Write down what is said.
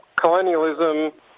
colonialism